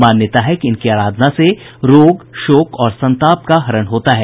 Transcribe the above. मान्यता है कि इनकी आराधना से रोग शोक और संताप का हरण होता है